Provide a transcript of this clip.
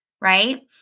right